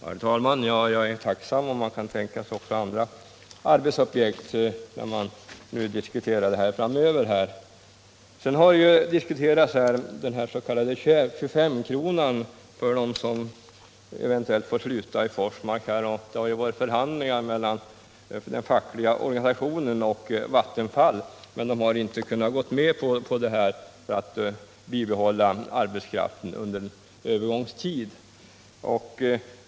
Herr talman! Jag är tacksam om man kan tänka sig också andra arbetsobjekt vid diskussionerna framöver. Det bör nämnas, tycker jag, att förhandlingar har förts om utnyttjande av den s.k. 25-kronan för att behålla den personal i arbete vid Forsmark som annars skulle få gå, men Vattenfall har inte kunnat godta den fackliga organisationens krav därvidlag.